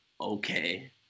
okay